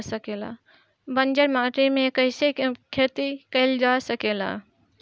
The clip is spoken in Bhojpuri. बंजर माटी में खेती कईसे कईल जा सकेला?